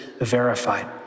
verified